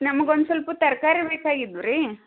ನಮಗೊಂದು ಸ್ವಲ್ಪ ತರಕಾರಿ ಬೇಕಾಗಿದ್ದವು ರೀ